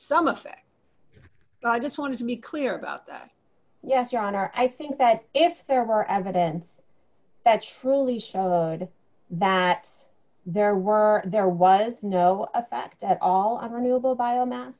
some effect well i just want to be clear about that yes your honor i think that if there were evidence that truly showed that there were there was no effect at all of a new bio mass